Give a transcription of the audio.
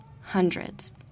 hundreds